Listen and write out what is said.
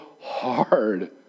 hard